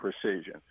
precision